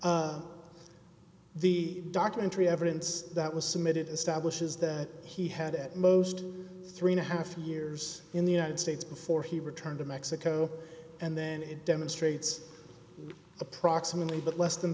fact the documentary evidence that was submitted establishes that he had at most three and a half years in the united states before he returned to mexico and then it demonstrates approximately but less than